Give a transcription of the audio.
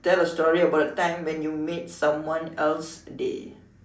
tell a story about a time when you made someone else's day